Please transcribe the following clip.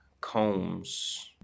combs